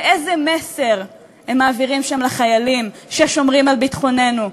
איזה מסר הם מעבירים שם לחיילים ששומרים על ביטחוננו,